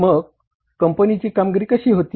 मग कंपनीची कामगिरी कशी होती